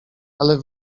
ale